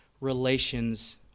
relations